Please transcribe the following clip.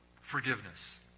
forgiveness